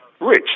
rich